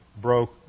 broke